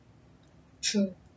true